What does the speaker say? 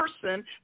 person